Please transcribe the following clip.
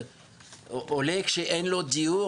עולה שאין לו דיור,